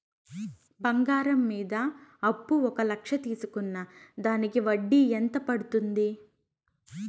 బంగారం మీద అప్పు ఒక లక్ష తీసుకున్న దానికి వడ్డీ ఎంత పడ్తుంది?